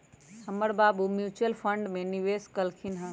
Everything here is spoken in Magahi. हमर बाबू म्यूच्यूअल फंड में निवेश कलखिंन्ह ह